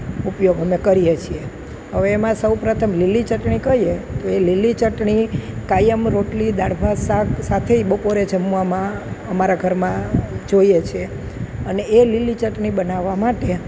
ઉપયોગ અમે કરીએ છીએ હવે એમાં સૌ પ્રથમ લીલી ચટણી કહીએ તો એ લીલી ચટણી કાયમ રોટલી દાળ ભાત શાક સાથેય બપોરે જમવામાં અમારા ઘરમાં જોઈએ છે અને એ લીલી ચટણી બનાવા માટે